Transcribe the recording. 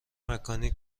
مکانی